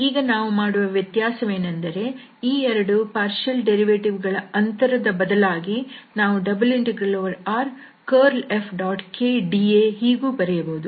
ಈಗ ನಾವು ಮಾಡುವ ವ್ಯತ್ಯಾಸವೇನೆಂದರೆ ಈ ಎರಡು ಭಾಗಶಃ ವ್ಯುತ್ಪನ್ನ ಗಳ ಅಂತರದ ಬದಲಾಗಿ ನಾವು ∬RcurlFkdA ಹೀಗೂ ಬರೆಯಬಹುದು